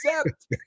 accept